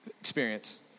experience